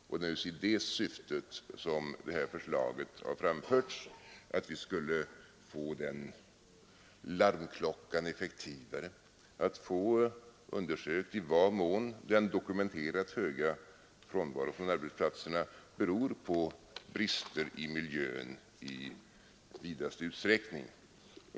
Det är naturligtvis i det syftet som förslaget har framförts — att vi skulle få den larmklockan effektivare, att vi skulle få undersökt i vad mån den dokumenterat höga frånvaron på arbetsplatserna beror på brister i miljön i vidaste mening.